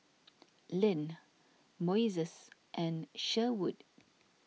Lyn Moises and Sherwood